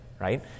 right